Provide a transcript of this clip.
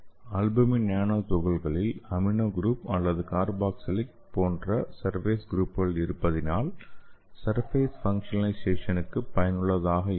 albumin nano துகள்களில் amino group அல்லது carboxylic போன்ற சர்ஃபேஸ் குரூப்கள் இருப்பதினால் சர்ஃபேஸ் ஃபங்ஷனலைசேசனுக்கு பயனுள்ளதாக இருக்கும்